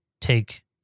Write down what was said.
take